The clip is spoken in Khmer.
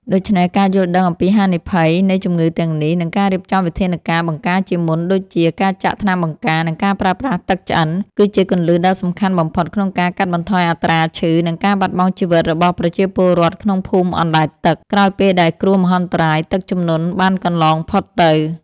ដូច្នេះ ការយល់ដឹងអំពីហានិភ័យនៃជំងឺទាំងនេះ និងការរៀបចំវិធានការបង្ការជាមុនដូចជា ការចាក់ថ្នាំបង្ការ និងការប្រើប្រាស់ទឹកឆ្អិន គឺជាគន្លឹះដ៏សំខាន់បំផុតក្នុងការកាត់បន្ថយអត្រាឈឺ និងការបាត់បង់ជីវិតរបស់ប្រជាពលរដ្ឋក្នុងភូមិអណ្តែតទឹក ក្រោយពេលដែលគ្រោះមហន្តរាយទឹកជំនន់បានកន្លងផុតទៅ។